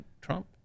Trump